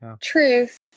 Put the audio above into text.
truth